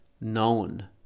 known